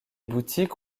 boutiques